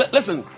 Listen